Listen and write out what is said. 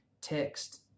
text